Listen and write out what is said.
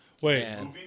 Wait